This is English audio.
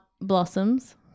Blossoms